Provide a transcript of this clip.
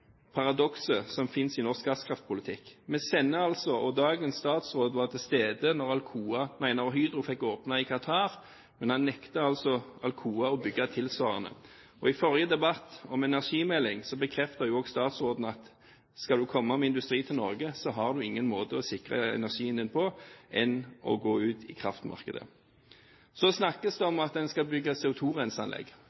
paradokset som finnes i norsk gasskraftpolitikk. Dagens statsråd var til stede da Hydro fikk åpne i Qatar, men han nektet altså Alcoa å bygge tilsvarende. I forrige debatt, om energimeldingen, bekrefter statsråden at skal du komme med industri til Norge, har du ingen annen måte å sikre energien din på enn å gå ut i kraftmarkedet. Så snakkes det